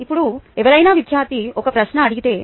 ఇప్పుడు ఎవరైనా విద్యార్థి ఒక ప్రశ్న అడిగితే